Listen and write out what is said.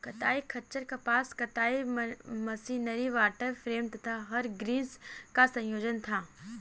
कताई खच्चर कपास कताई मशीनरी वॉटर फ्रेम तथा हरग्रीव्स का संयोजन था